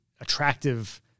attractive